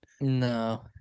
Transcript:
No